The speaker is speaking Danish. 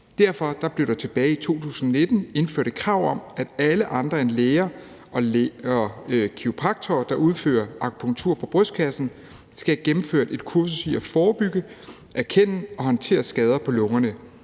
Derfor blev der tilbage i 2019 indført et krav om, at alle andre end læger og kiropraktorer, der udfører akupunktur på brystkassen, skal have gennemført et kursus i at forebygge, erkende og håndtere skader på lungerne.